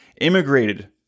immigrated